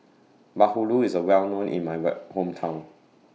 Bahulu IS A Well known in My Hometown